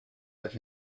but